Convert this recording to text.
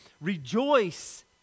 rejoice